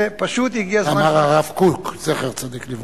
פשוט, הגיע הזמן, אמר הרב קוק, זכר צדיק לברכה.